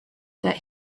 that